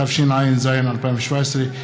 התשע"ז 2017,